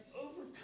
overcome